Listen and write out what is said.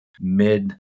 mid